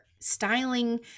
styling